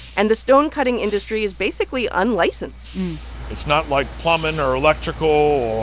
and the stone cutting industry is basically unlicensed it's not like plumbing or electrical